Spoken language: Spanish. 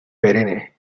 perenne